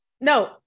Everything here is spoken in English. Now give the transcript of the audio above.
No